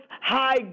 High